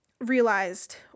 realized